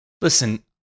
listen